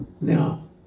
Now